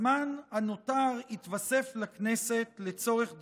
הזמן הנותר יתווסף לכנסת לצורך דיוניה,